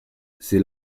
c’est